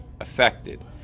affected